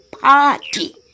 party